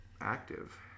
active